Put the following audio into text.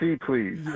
please